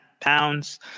pounds